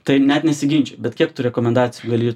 tai net nesiginčyju bet kiek tu rekomendacijų gali